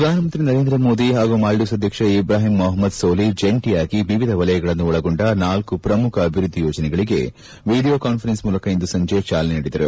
ಪ್ರಧಾನಮಂತ್ರಿ ನರೇಂದ್ರ ಮೋದಿ ಹಾಗೂ ಮಾಲ್ವೀವ್ಸ್ ಅಧ್ಯಕ್ಷ ಇಬ್ರಾಹಿಂ ಮೊಹಮ್ನದ್ ಸೋಲಿಹ್ ಜಂಟಿಯಾಗಿ ವಿವಿಧ ವಲಯಗಳನ್ನು ಒಳಗೊಂಡ ನಾಲ್ಕು ಪ್ರಮುಖ ಅಭಿವೃದ್ದಿ ಯೋಜನೆಗಳಿಗೆ ವಿಡಿಯೋ ಕಾನ್ವರೆನ್ಸ್ ಮೂಲಕ ಇಂದು ಸಂಜೆ ಚಾಲನೆ ನೀಡಿದರು